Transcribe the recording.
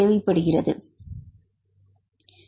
மாணவர் படிகங்கள்